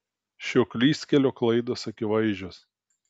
šio klystkelio klaidos akivaizdžios